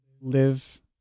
live